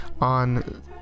On